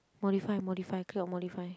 modify modify click on modify